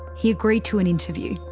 he agreed to an interview.